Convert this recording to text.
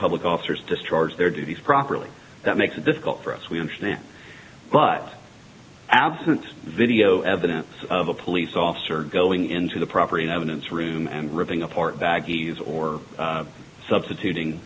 public officers discharge their duties properly that makes it difficult for us we understand but absent video evidence of a police officer going into the property and evidence room and ripping apart baggies or substituting